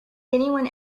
anyone